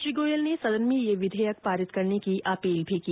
श्री गोयल ने सदन से यह विधेयक पारित करने की अपील भी की